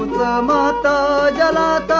la la la